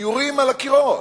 ציורים על הקירות,